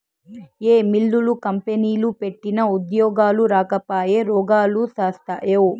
ఏ మిల్లులు, కంపెనీలు పెట్టినా ఉద్యోగాలు రాకపాయె, రోగాలు శాస్తాయే